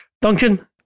Duncan